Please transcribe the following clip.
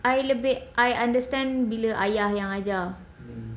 I lebih I I understand bila ayah yang ajar